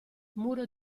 muro